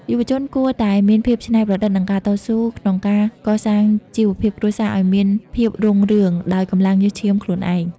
យុវជនគួរតែ "មានភាពច្នៃប្រឌិត និងការតស៊ូ" ក្នុងការកសាងជីវភាពគ្រួសារឱ្យមានភាពរុងរឿងដោយកម្លាំងញើសឈាមខ្លួនឯង។